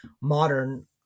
modern